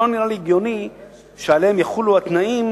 לא נראה לי הגיוני שיחולו עליהם התנאים